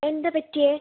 എന്താ പറ്റിയത്